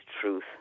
truth